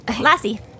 Lassie